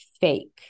fake